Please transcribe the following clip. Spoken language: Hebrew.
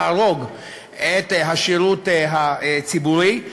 להרוג את השידור הציבורי,